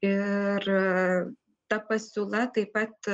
ir ta pasiūla taip pat